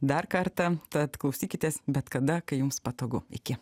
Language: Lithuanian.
dar kartą tad klausykitės bet kada kai jums patogu iki